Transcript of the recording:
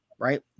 right